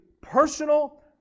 personal